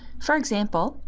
for example,